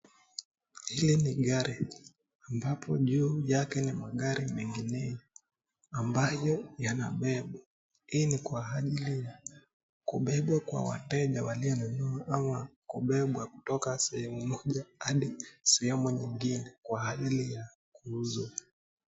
Hili ni gari ambapo juu yake ni magari mengineo ambayo yanabebwa. Hii ni kwa ajili ya kubebwa kwa wateja walionunua ama kubebwa kutoka sehemu moja hadi sehemu nyigine kwa ajili ya kuuzwa.